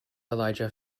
elijah